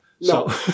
No